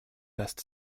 best